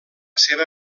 seva